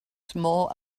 small